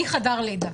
מחדר לידה.